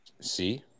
see